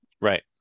right